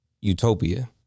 Utopia